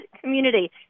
community